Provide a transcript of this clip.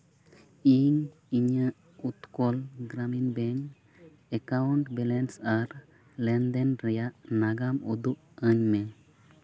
ᱤᱧ ᱤᱧᱟᱹᱜ Utkal Grameen bank accounts balance ᱟᱨ ᱞᱮᱱᱫᱮᱱ ᱨᱮᱭᱟᱜ ᱱᱟᱜᱟᱢ ᱩᱫᱩᱜᱽ ᱟᱹᱧᱢᱮ